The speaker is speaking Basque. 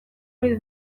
ohi